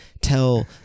tell